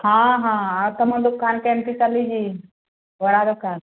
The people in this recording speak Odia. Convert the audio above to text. ହଁ ହଁ ଆଉ ତୁମ ଦୋକାନ କେମିତି ଚାଲିଛି ବରା ଦୋକାନ